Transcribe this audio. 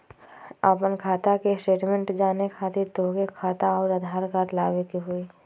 आपन खाता के स्टेटमेंट जाने खातिर तोहके खाता अऊर आधार कार्ड लबे के होइ?